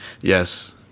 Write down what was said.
Yes